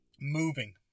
moving